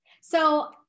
So-